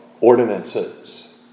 ordinances